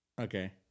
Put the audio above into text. Okay